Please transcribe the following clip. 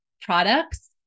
products